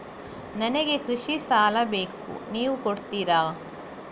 ನನಗೆ ಕೃಷಿ ಸಾಲ ಬೇಕು ನೀವು ಕೊಡ್ತೀರಾ?